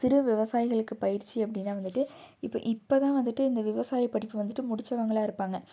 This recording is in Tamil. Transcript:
சிறு விவசாயிகளுக்கு பயிற்சி அப்படினா வந்துட்டு இப்போ இப்போதான் வந்துட்டு இந்த விவசாயி படிப்பை வந்துட்டு முடித்தவங்களா இருப்பாங்க